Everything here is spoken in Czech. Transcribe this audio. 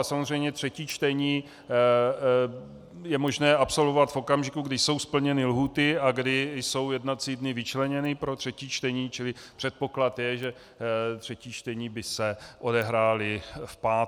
Samozřejmě třetí čtení je možné absolvovat v okamžiku, kdy jsou splněny lhůty a kdy jsou jednací dny vyčleněny pro třetí čtení, čili předpoklad je, že třetí čtení by se odehrála v pátek.